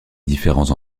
différents